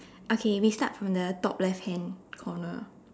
okay we start from the top left hand corner